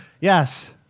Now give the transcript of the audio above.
Yes